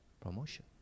Promotion